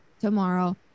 tomorrow